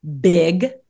big